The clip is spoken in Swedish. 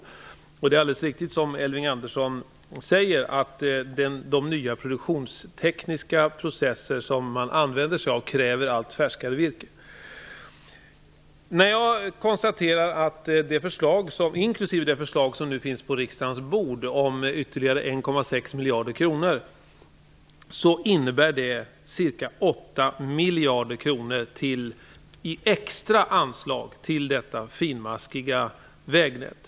Det är också alldeles riktigt som Elving Andersson säger att de nya produktionstekniska processer som man använder sig av kräver allt färskare virke. Inklusive det förslag som nu finns på riksdagens bord om ytterligare 1,6 miljarder kronor innebär satsningen ca 8 miljarder kronor i extra anslag till detta finmaskiga vägnät.